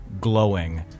glowing